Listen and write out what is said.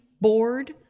bored